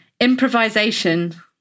improvisation